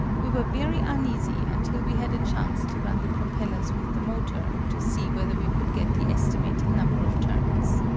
we were very uneasy until we had a chance to run the propellers with the motor to see whether we could get the estimated number of turns.